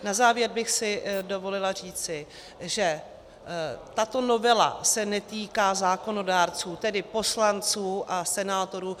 Na závěr bych si dovolila říci, že tato novela se netýká zákonodárců, tedy poslanců a senátorů.